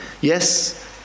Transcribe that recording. yes